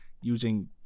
using